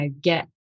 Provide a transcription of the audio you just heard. get